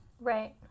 Right